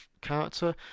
character